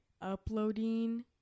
uploading